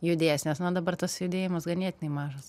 judės nes na dabar tas judėjimas ganėtinai mažas